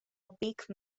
opaque